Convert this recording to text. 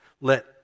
Let